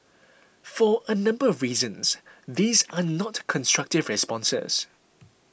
for a number of reasons these are not constructive responses